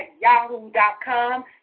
yahoo.com